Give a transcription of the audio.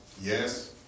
Yes